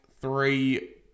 three